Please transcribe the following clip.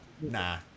Nah